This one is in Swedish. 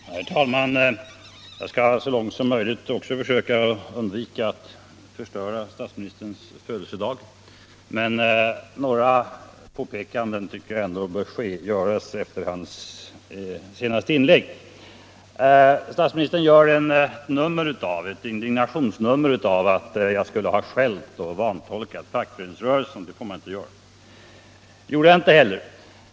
Herr talman! Jag skall så långt som möjligt också försöka undvika att förstöra statsministerns födelsedag, men några påpekanden tycker jag ändå bör göras efter hans senaste inlägg. Statsministern gör ett indignationsnummer av att jag skulle ha vantolkat fackföreningsrörelsen — det får man inte göra. Det gjorde jag inte heller.